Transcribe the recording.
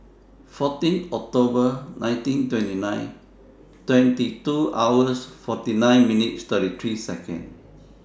fourteen October nineteen twenty nine twenty two hours forty nine minutes and thirty three Seconds